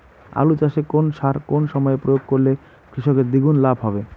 আলু চাষে কোন সার কোন সময়ে প্রয়োগ করলে কৃষকের দ্বিগুণ লাভ হবে?